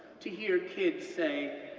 to hear kids say,